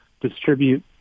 distribute